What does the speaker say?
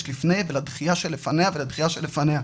לפני ולדחייה שלפניה ולדחייה של לפניה?